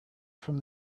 from